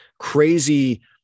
crazy